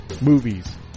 movies